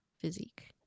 physique